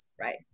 right